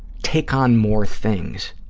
take on more things,